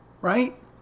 Right